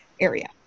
area